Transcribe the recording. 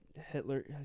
Hitler